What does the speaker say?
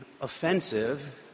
offensive